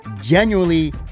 genuinely